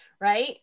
right